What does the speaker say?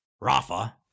Rafa